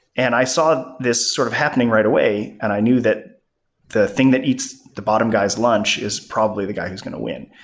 and i saw this sort of happening right away and i knew that the thing that eats the bottom guy's lunch is probably the guy who's going to win.